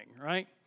right